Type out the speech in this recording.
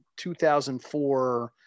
2004